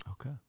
Okay